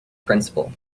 principal